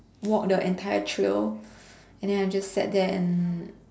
walk the entire trail and then I just sat there and